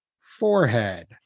forehead